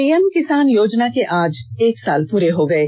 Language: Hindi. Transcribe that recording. पीएम किसान योजना के आज एक साल पूरे हो गये